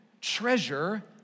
Treasure